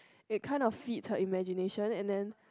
it kind of feeds her imagination and then